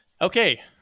Okay